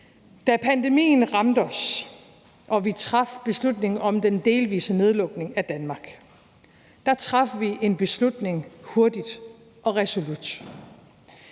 Da pandemien ramte os og vi traf beslutningen om den delvise nedlukning af Danmark, traf vi en beslutning hurtigt og resolut.